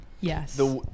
Yes